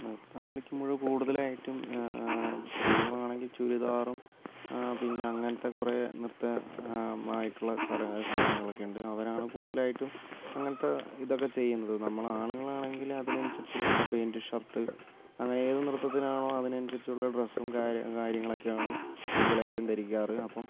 നൃത്തം കളിക്കുമ്പോൾ കൂടുതലായിട്ടും സ്ത്രീകളാണെങ്കിൽ ചുരിദാറും പിന്നെ അങ്ങനത്തെ കുറേ നൃത്തമായിട്ടുള്ള കുറേ സ്ഥല സാധനങ്ങളൊക്കെയുണ്ട് അവരാണ് കൂടുതലായിയിട്ടും അങ്ങനത്തെ ഇതൊക്കെ ചെയ്യുന്നത് നമ്മൾ ആണുങ്ങൾ ആണെങ്കിൽ അതിനനുസരിച്ചുള്ള ഇപ്പം പാൻ്റ് ഷർട്ട് അങ്ങനെ ഏത് നൃത്തത്തിനാണോ അതിനനുസരിച്ചുള്ള ഡ്രെസ്സും കാര്യ കാര്യങ്ങളൊക്കെയാണ് കൂടുതലായിട്ടും ധരിക്കാറ് അപ്പം